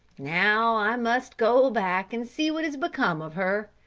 now i must go back and see what has become of her.